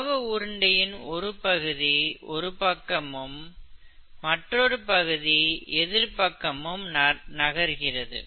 மாவு உருண்டையின் ஒரு பகுதி ஒரு பக்கமும் மற்றொரு பகுதி எதிர் பக்கமும் நகர்கிறது